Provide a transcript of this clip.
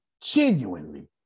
genuinely